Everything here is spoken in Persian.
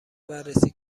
بررسی